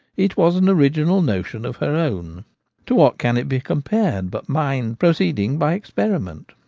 it was an original motion of her own to what can it be compared but mind proceeding by experi ment?